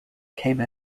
came